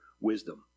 wisdom